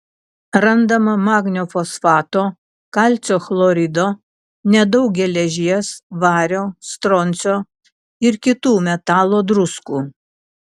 randama magnio fosfato kalcio chlorido nedaug geležies vario stroncio ir kitų metalo druskų